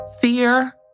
Fear